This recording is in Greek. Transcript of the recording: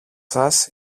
σας